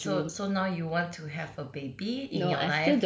so so now you want to have a baby in your life